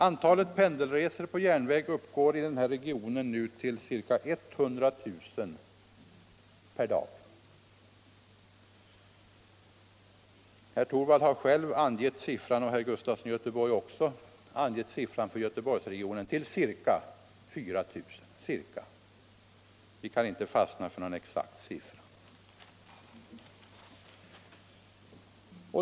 Antalet pendelresor på tåg uppgår i denna region nu till ca 100 000 per dag. Herr Torwald och herr Gustafson i Göteborg har angett siffran för Göteborgsregionen till ca 4 000. Vi kan inte fastna för någon exakt siffra.